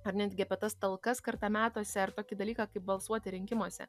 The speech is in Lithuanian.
ar netgi apie tas talkas kartą metuose ar tokį dalyką kaip balsuoti rinkimuose